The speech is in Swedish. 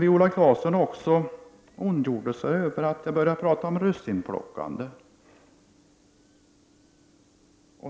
Viola Claesson ondgjorde sig över att man börjar prata om russinplockande.